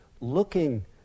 looking